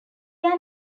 area